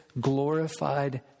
glorified